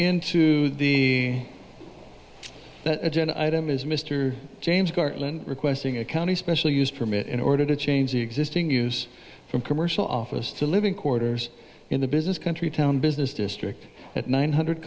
into the agenda item is mr james garland requesting a county special used permit in order to change the existing use from commercial office to living quarters in the business country town business district at nine hundred